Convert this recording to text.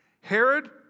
Herod